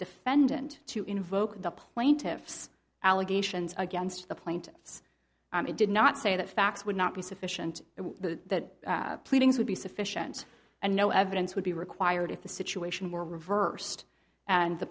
defendant to invoke the plaintiff's allegations against the plaintiffs did not say that facts would not be sufficient if the pleadings would be sufficient and no evidence would be required if the situation were reversed and the